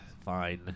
Fine